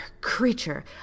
creature